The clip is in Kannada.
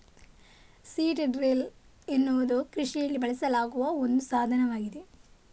ಸೀಡ್ ಡ್ರಿಲ್ ಎನ್ನುವುದು ಕೃಷಿಯಲ್ಲಿ ಬಳಸಲಾಗುವ ಒಂದು ಸಾಧನವಾಗಿದೆ